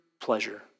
pleasure